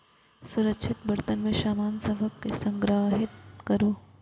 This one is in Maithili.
सुरक्षित बर्तन मे सामान सभ कें संग्रहीत करू